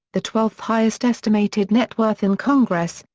the twelfth highest estimated net worth in congress,